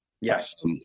Yes